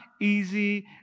easy